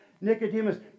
Nicodemus